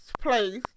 place